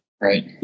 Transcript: Right